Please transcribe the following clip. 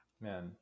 Man